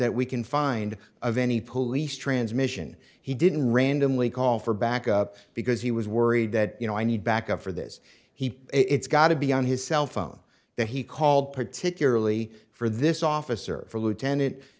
that we can find of any police transmission he didn't randomly call for backup because he was worried that you know i need backup for this he it's got to be on his cell phone that he called particularly for this officer for lieutenant